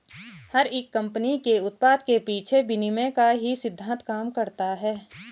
हर एक कम्पनी के उत्पाद के पीछे विनिमय का ही सिद्धान्त काम करता है